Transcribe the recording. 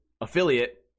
affiliate